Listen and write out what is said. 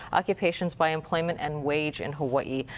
occupations by employment and wage in hawai'i.